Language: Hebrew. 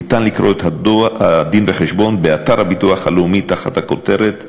ניתן לקרוא את הדין-וחשבון באתר הביטוח הלאומי תחת הכותרת "פרסומים".